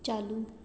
चालू